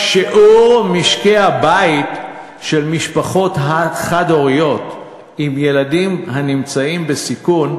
שיעור משקי-הבית של המשפחות החד-הוריות עם ילדים בסיכון,